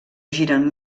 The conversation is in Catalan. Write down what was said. giren